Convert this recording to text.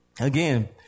Again